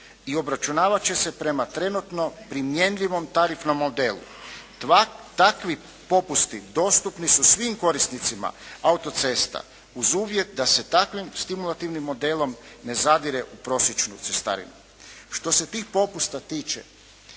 i obračunavat će se prema trenutno primjenjivom tarifnom modelu. Takvi popusti dostupni su svim korisnicima autocesta uz uvjet da se takvim stimulativnim modelom ne zadire u prosječnu cestarinu. Što se tih popusta tiče